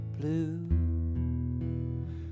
Blue